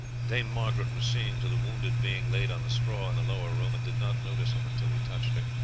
dame margaret was seeing to the wounded being laid on the straw in the lower room, and did not notice him until he touched her.